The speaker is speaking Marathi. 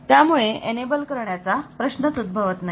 त्यामुळे एनेबल करण्याचा प्रश्नच उद्भवत नाही